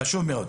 זה חשוב מאוד.